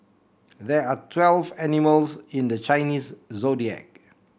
there are twelve animals in the Chinese Zodiac